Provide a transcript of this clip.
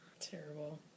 Terrible